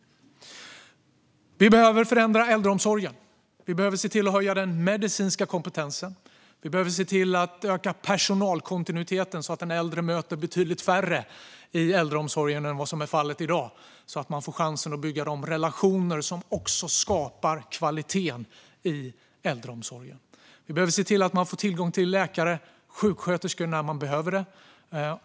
Vi behöver förändra äldreomsorgen. Vi behöver se till att höja den medicinska kompetensen och öka personalkontinuiteten så att den äldre möter betydligt färre i äldreomsorgen än vad som är fallet i dag och man får chansen att bygga de relationer som också skapar kvaliteten i äldreomsorgen. Vi behöver se till att man får tillgång till läkare och sjuksköterskor när man behöver det.